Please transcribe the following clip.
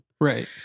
Right